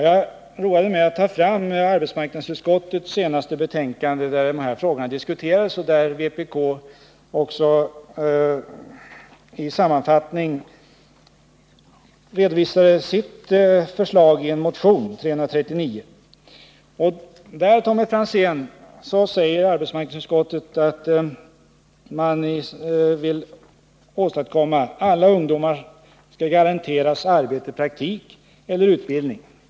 Jag roade mig med att ta fram arbetsmarknadsutskottets senaste betänkande, i vilket dessa frågor har diskuterats och där bl.a. redovisas en sammanfattning av de förslag vpk framför i det här avseendet genom sin motion 339. Det krav som vpk till att börja med framför i sin motion är att regeringen skall vidta åtgärder som garanterar alla ungdomar arbete, praktik eller utbildning.